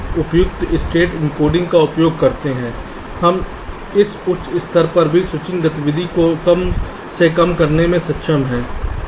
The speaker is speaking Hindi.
और एक उपयुक्त स्टेट एन्कोडिंग का उपयोग करके हम इस उच्च स्तर पर भी स्विचिंग गतिविधि को कम से कम करने में सक्षम हैं